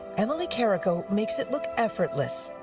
emily kerico makes it look effortless.